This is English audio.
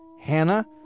Hannah